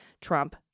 Trump